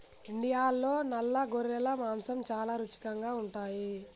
ఇండియాలో నల్ల గొర్రెల మాంసం చాలా రుచికరంగా ఉంటాయి